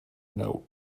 note